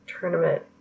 tournament